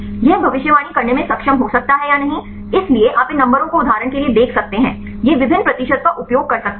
यह भविष्यवाणी करने में सक्षम हो सकता है या नहीं इसलिए आप इन नंबरों को उदाहरण के लिए देख सकते हैं यह विभिन्न प्रतिशत का उपयोग कर सकता है